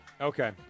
Okay